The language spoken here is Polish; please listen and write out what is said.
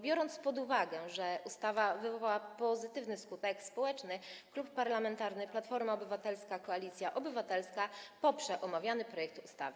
Biorąc pod uwagę, że ustawa wywoła pozytywny skutek społeczny, Klub Parlamentarny Platforma Obywatelska - Koalicja Obywatelska poprze omawiany projekt ustawy.